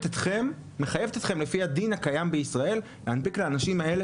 אתכם לפי הדין הקיים בישראל להנפיק לאנשים האלה